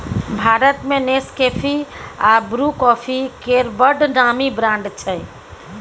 भारत मे नेसकेफी आ Bru coffee केर बड़ नामी ब्रांड छै